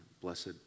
Blessed